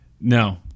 No